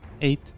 Eight